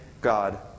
God